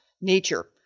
nature